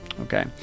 Okay